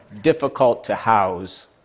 difficult-to-house